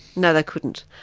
no, they couldn't.